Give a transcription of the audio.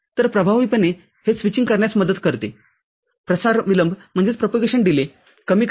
तर प्रभावीपणे हे स्विच करण्यात मदत करते प्रसार विलंब कमी करते